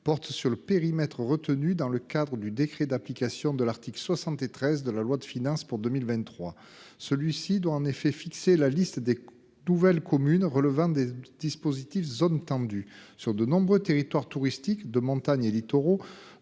porte sur le périmètre retenu dans le décret d'application de l'article 73 de la loi de finances pour 2023. Celui-ci doit en effet fixer la liste des nouvelles communes relevant du dispositif « zones tendues ». Sur de nombreux territoires touristiques, de montagne et littoraux,